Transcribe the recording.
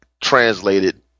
translated